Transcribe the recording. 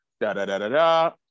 Da-da-da-da-da